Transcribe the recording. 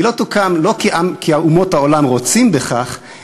היא לא תוקם לא כי אומות העולם רוצות בכך,